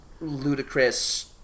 ludicrous